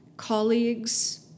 colleagues